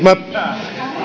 minä